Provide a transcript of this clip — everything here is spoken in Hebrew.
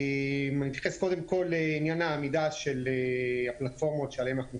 קודם אתייחס לעניין העמידה של הפלטפורמות שעליהן אנחנו מפקחים,